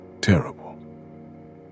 terrible